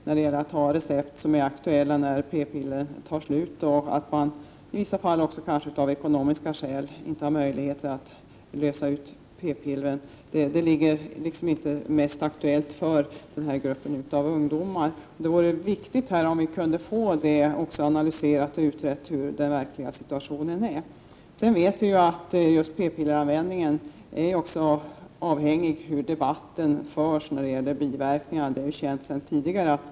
De har ibland inte recept som är aktuella när p-pillren tar slut, och de har i vissa fall av ekonomiska skäl inte möjlighet att lösa ut p-pillren. Det är liksom inte mest aktuellt för den här gruppen av ungdomar. Det vore viktigt att få situationen också i de här hänseendena analyserad och utredd. Sedan vet vi att just p-pilleranvändningen är avhängig av hur debatten om biverkningarna förs.